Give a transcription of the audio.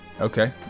Okay